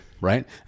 right